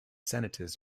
senators